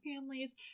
families